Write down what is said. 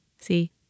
See